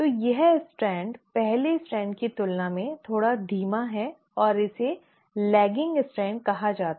तो यह स्ट्रैंड पहले स्ट्रैंड की तुलना में थोड़ा धीमा है और इसे लैगिंग स्ट्रैंड कहा जाता है